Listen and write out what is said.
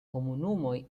komunumoj